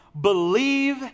Believe